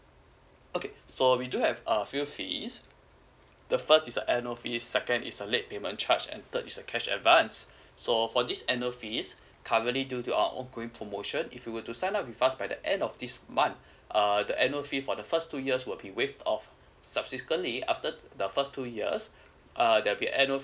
okay so uh we do have a few fees the first is a annual fee second is a late payment charge and third is a cash advance so for this annual fees currently due to our ongoing promotion if you would to sign up with us by the end of this month uh the annual fee for the first two years will be waived off subsequently after the first two years uh there be annual